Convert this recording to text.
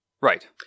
Right